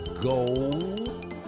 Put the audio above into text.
Go